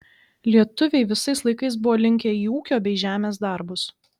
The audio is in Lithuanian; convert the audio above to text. lietuviai visais laikais buvo linkę į ūkio bei žemės darbus